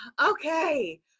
okay